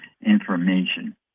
information